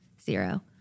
zero